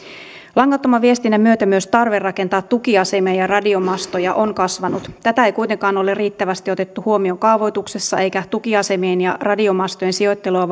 langattoman viestinnän myötä myös tarve rakentaa tukiasemia ja radiomastoja on kasvanut tätä ei kuitenkaan ole riittävästi otettu huomioon kaavoituksessa eikä tukiasemien ja radiomastojen sijoittelua